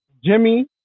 Jimmy